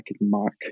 mark